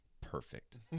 perfect